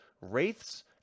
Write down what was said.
wraiths